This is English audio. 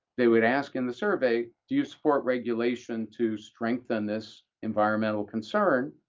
they would ask in the survey, do you support regulation to strengthen this environmental concern?